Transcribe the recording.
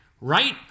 right